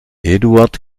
eduard